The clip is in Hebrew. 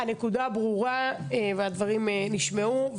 הנקודה ברורה והדברים נשמעו.